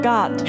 God